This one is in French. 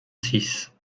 six